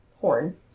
horn